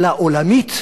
אלא עולמית,